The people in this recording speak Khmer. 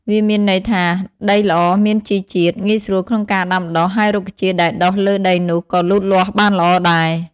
វាមានន័យថា ដីល្អមានជីជាតិ ងាយស្រួលក្នុងការដាំដុះ ហើយរុក្ខជាតិដែលដុះលើដីនោះក៏លូតលាស់បានល្អដែរ។